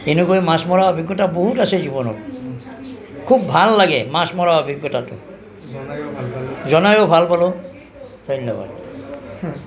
এনেকৈ মাছ মৰা অভিজ্ঞতা বহুত আছে জীৱনত খুব ভাল লাগে মাছ মৰা অভিজ্ঞতাটো জনায়ো ভাল পালোঁ ধন্যবাদ